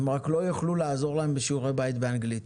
הם רק לא יוכלו לעזור להם בשיעורי בית באנגלית.